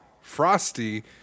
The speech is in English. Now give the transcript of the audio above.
Frosty